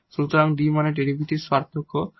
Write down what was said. সুতরাং D মানে derivative differential